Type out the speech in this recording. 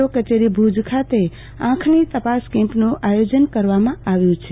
ઓ કચેરી ભુજ ખાતે આંખની તપાસ કેમ્પનું આયોજન કરવામાં આવ્યુ છે